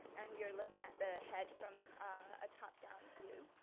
and we are looking at the head from a top down view.